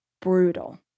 brutal